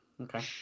Okay